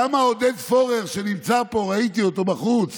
כמה עודד פורר, שנמצא פה, ראיתי אותו בחוץ,